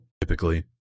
typically